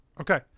Okay